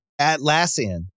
Atlassian